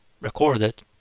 recorded